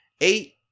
Eight